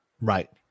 Right